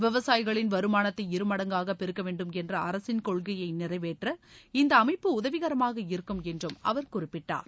விவசாயிகளின் வருமானத்தை இருமடங்காக பெருக்கவேண்டும் என்ற அரசின் கொள்கையை நிறைவேற்ற இந்த அமைப்பு உதவிகரமாக இருக்கும் என்றும் அவர் குறிப்பிட்டார்